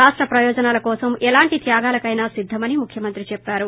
రాష్ట ప్రయోజనాలకోసం ఎలాంటి త్యాగాలకైనా సిద్దమని ముఖ్యమంత్రి చెప్పారు